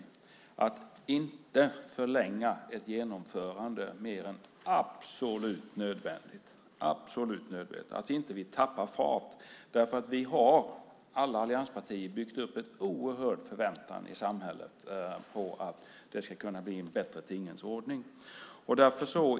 Det gäller att inte förlänga ett genomförande mer än absolut nödvändigt så att vi inte tappar fart. Alla allianspartier har byggt upp en oerhörd förväntan i samhället att det ska kunna bli en bättre tingens ordning.